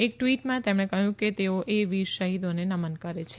એક ટવીટમાં તેમણે કહયું કે તેઓ એ વીર શહીદોને નમન કરે છે